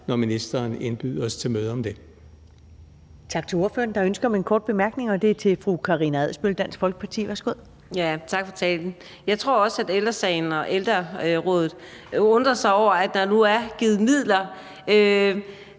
når ministeren indbyder os til møde om det.